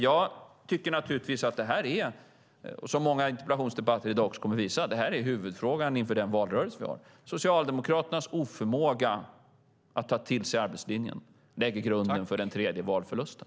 Jag anser, vilket många interpellationsdebatter i dag kommer att visa, att detta är huvudfrågan inför den kommande valrörelsen. Socialdemokraternas oförmåga att ta till sig arbetslinjen lägger grunden för den tredje valförlusten.